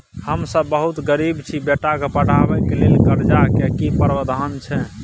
हम सब बहुत गरीब छी, बेटा के पढाबै के लेल कर्जा के की प्रावधान छै?